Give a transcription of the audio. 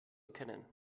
erkennen